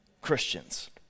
Christians